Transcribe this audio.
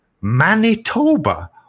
Manitoba